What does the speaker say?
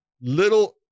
little